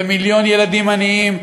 ומיליון ילדים עניים,